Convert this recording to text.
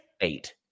Eight